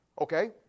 Okay